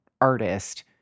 artist